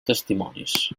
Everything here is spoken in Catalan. testimonis